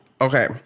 Okay